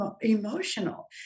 emotional